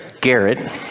Garrett